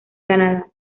canada